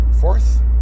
Fourth